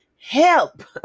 help